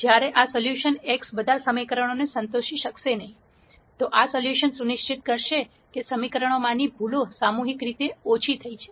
જ્યારે આ solution x બધાં સમીકરણોને સંતોષી શકશે નહીં તો આ સોલ્યુશન સુનિશ્ચિત કરશે કે સમીકરણોમાંની ભૂલો સામૂહિક રીતે ઓછી થઈ છે